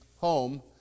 home